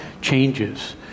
changes